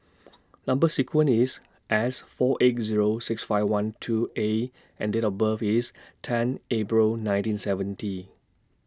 Number sequence IS S four eight Zero six five one two A and Date of birth IS ten April nineteen seventy